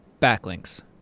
backlinks